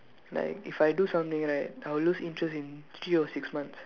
like if I do something right I will lose interest in three or six months